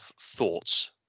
thoughts